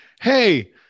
Hey